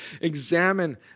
Examine